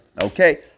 Okay